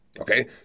Okay